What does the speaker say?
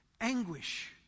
anguish